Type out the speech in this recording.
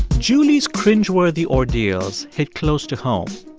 julie's cringeworthy ordeals hit close to home.